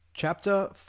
Chapter